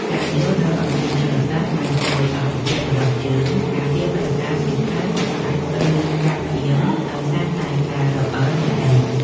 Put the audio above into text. ការយល់ដឹងអំពីជលសាស្ត្របានជួយឱ្យបុព្វបុរសយើងការពារប្រាសាទពីការសឹកដាច់ ឬ ការផ្អៀងដោយសារតែការរអិលនៃដី។